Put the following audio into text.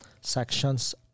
sections